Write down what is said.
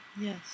Yes